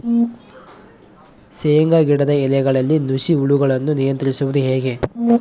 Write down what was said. ಶೇಂಗಾ ಗಿಡದ ಎಲೆಗಳಲ್ಲಿ ನುಷಿ ಹುಳುಗಳನ್ನು ನಿಯಂತ್ರಿಸುವುದು ಹೇಗೆ?